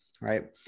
Right